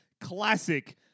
classic